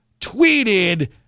tweeted